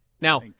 Now